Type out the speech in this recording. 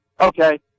Okay